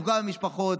לפגוע במשפחות,